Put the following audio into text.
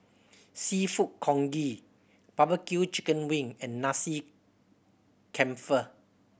Seafood Congee barbecue chicken wing and Nasi Campur